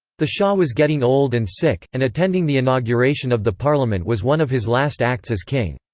the shah was getting old and sick, and attending the inauguration of the parliament was one of his last acts as king.